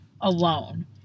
alone